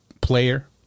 player